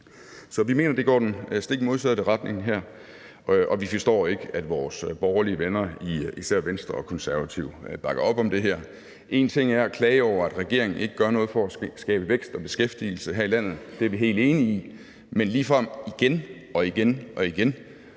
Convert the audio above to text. Så vi mener, at det her går i den stik modsatte retning, og vi forstår ikke, at vores borgerlige venner i især Venstre og Konservative bakker op om det her. En ting er at klage over, at regeringen ikke gør noget for at skabe vækst og beskæftigelse her i landet – det er vi helt enige i – men ligefrem igen og igen at stemme